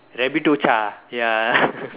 Rabbitocha ya